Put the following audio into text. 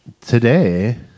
today